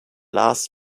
last